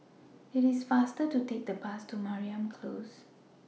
IT IS faster to Take The Bus to Mariam Close